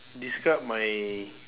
describe my